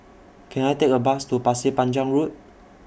Can I Take A Bus to Pasir Panjang Road